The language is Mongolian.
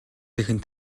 дахинд